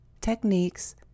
techniques